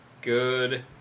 Good